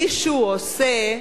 מישהו עושה,